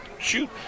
shoot